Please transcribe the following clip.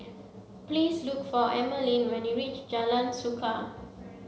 please look for Emeline when you reach Jalan Suka